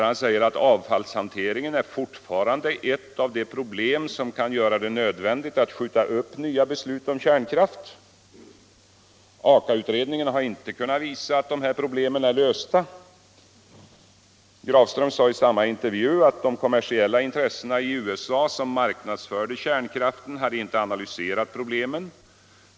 Han sade: ”Avfallshanteringen är fortfarande ett av de problem som kan göra det nödvändigt att skjuta upp nya beslut om kärnkraft.” Aka-utredningen har inte kunnat visa att de här problemen är lösta. Grafström sade i samma intervju: ”De kommersiella intressena i USA, som marknadsförde kärnkraften, hade inte analyserat problemen.